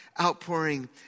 outpouring